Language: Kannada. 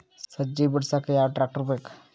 ಸಜ್ಜಿ ಬಿಡಸಕ ಯಾವ್ ಟ್ರ್ಯಾಕ್ಟರ್ ಬೇಕು?